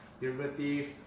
Derivative